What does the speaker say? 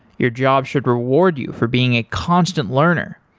your job should reward you for being a constant learner,